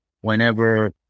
whenever